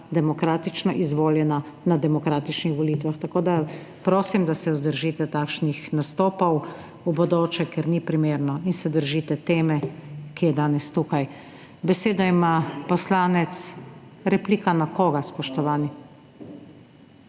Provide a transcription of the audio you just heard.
demokratično izvoljena na demokratičnih volitvah. Tako da prosim, da se vzdržite takšnih nastopov v bodoče, ker ni primerno, in se držite teme, ki je danes tukaj. Besedo ima poslanec …/ oglašanje